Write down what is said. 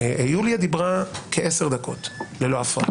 יוליה דיברה 10 דקות ללא הפרעה,